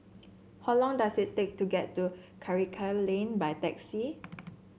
how long does it take to get to Karikal Lane by taxi